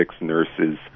nurses